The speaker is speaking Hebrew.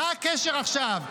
מה הקשר עכשיו?